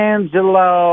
Angelo